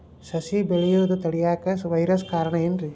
ಸಸಿ ಬೆಳೆಯುದ ತಡಿಯಾಕ ವೈರಸ್ ಕಾರಣ ಏನ್ರಿ?